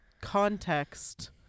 context